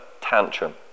tantrum